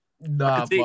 Nah